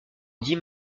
dix